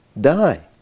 die